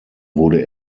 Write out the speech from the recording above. wurde